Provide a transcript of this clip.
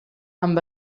amb